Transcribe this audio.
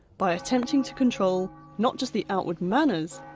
by attempting to control not just the outward manners,